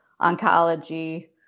oncology